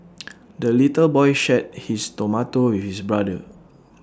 the little boy shared his tomato with his brother